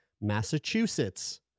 Massachusetts